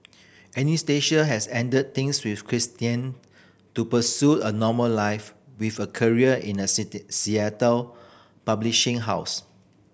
Anastasia has ended things with Christian to pursue a normal life with a career in a city Seattle publishing house